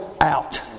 out